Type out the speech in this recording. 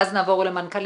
ואז נעבור למנכ"לים,